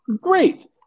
great